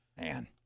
man